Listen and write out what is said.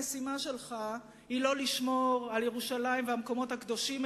המשימה שלך היא לא לשמור על ירושלים ועל המקומות הקדושים,